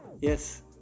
Yes